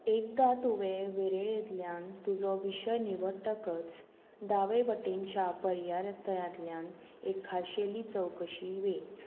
एकदां तुवें वेरेळेंतल्यान तुजो विशय निवडटकच दावे वटेनच्या पर्यारतयांतल्यान एक खाशेली चवकशी वेंच